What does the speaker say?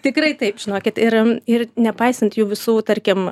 tikrai taip žinokit ir ir nepaisant jų visų tarkim